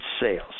sales